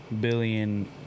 billion